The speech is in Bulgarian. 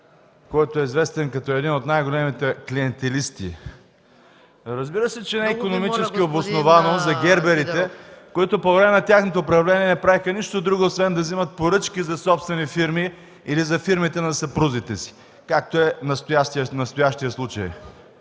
Много Ви моля, господин Сидеров,... ВОЛЕН СИДЕРОВ: Разбира се, че не е икономически обосновано за герберите, които по време на тяхното управление не правеха нищо друго освен да взимат поръчки за собствени фирми или за фирмите на съпрузите си, както е настоящият случай.